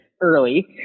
early